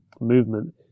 movement